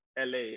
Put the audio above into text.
LA